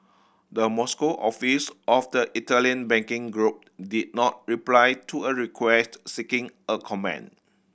the Moscow office of the Italian banking group did not reply to a request seeking a comment